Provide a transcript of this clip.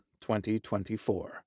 2024